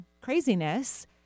craziness